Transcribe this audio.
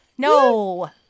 No